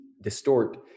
distort